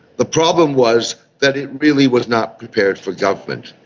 the problem was that it really was not prepared for government,